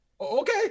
Okay